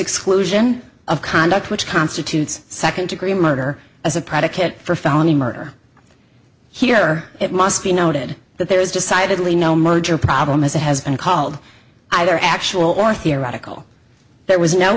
exclusion of conduct which constitutes second degree murder as a predicate for felony murder here it must be noted that there is decidedly no merger problem as it has been called either actual or theoretical there was no